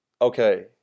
okay